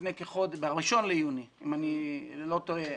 אם אני לא טועה,